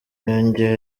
yongeye